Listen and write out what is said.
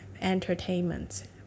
entertainment